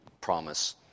promise